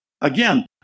Again